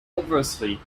obviously